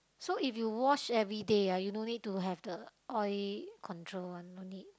so if you wash everyday ah you no need to have the oil control one no need